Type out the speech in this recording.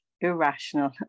irrational